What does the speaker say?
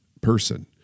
person